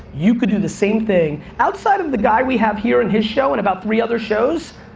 you can do the same thing, outside of the guy we have here on his show and about three other shows,